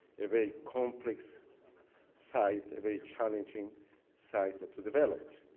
a very complex site, a very challenge ing site to develop.